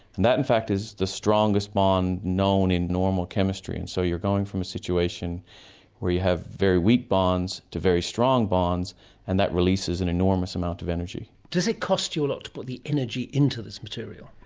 and that in fact is the strongest bond known in normal chemistry. and so you're going from a situation where you have very weak bonds to very strong bonds and that releases an enormous amount of energy. does it cost you a lot to put the energy into this material?